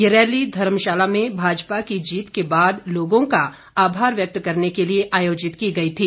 ये रैली धर्मशाला में भाजपा की जीत के बाद लोगों का आभार व्यक्त करने के लिए आयोजित की गई थी